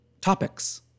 Topics